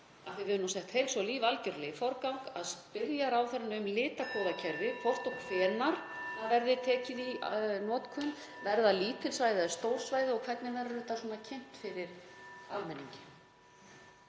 að við höfum sett heilsu og líf algjörlega í forgang, að spyrja ráðherrann um litakóðakerfið, hvort og hvenær það verði tekið í notkun. Verða lítil svæði eða stór svæði og hvernig verður þetta kynnt fyrir almenningi?